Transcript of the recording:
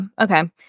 okay